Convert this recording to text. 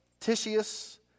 Titius